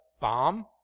bomb